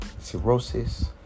cirrhosis